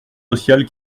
sociales